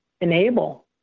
enable